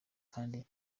kandi